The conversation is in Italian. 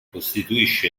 costituisce